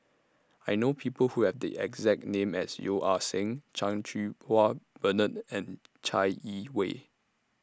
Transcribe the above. I know People Who Have The exact name as Yeo Ah Seng Chan Cheng Wah Bernard and Chai Yee Wei